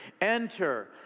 enter